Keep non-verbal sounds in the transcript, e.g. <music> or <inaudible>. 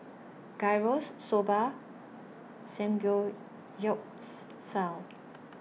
Gyros Soba <unintelligible>